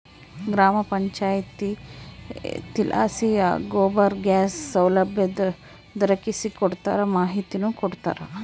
ಗ್ರಾಮ ಪಂಚಾಯಿತಿಲಾಸಿ ಗೋಬರ್ ಗ್ಯಾಸ್ ಸೌಲಭ್ಯ ದೊರಕಿಸಿಕೊಡ್ತಾರ ಮಾಹಿತಿನೂ ಕೊಡ್ತಾರ